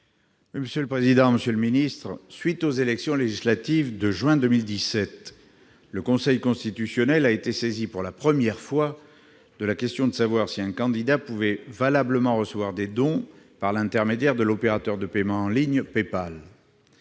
Roger Karoutchi. À la suite des élections législatives de juin 2017, le Conseil constitutionnel a été saisi pour la première fois de la question suivante : un candidat peut-il valablement recevoir des dons par l'intermédiaire de l'opérateur de paiement en ligne PayPal